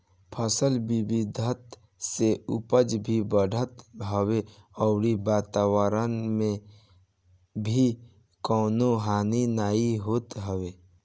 फसल विविधता से उपज भी बढ़त हवे अउरी वातवरण के भी कवनो हानि नाइ होत हवे